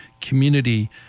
community